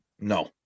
No